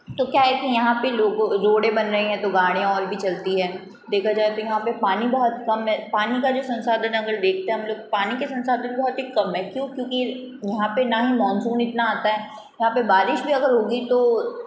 तो क्या है की यहाँ पे लोगों रोडें बन रही हैं तो गाड़ीयाँ और भी चलती है देखा जाए तो यहाँ पे पानी बहुत कम है पानी का जो संसाधन है अगर देखते हैं हम लोग देखते पानी के संसाधन बहुत ही कम है क्यों क्योंकि यहाँ पे ना ही मानसून इतना आता हैं यहाँ पे बारिश भी अगर होगी तो